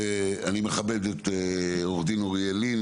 אני מכבד את עורך הדין אוריאל לין,